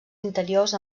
interiors